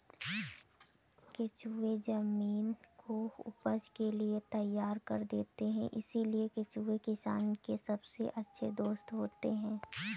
केंचुए जमीन को उपज के लिए तैयार कर देते हैं इसलिए केंचुए किसान के सबसे अच्छे दोस्त होते हैं